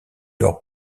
lors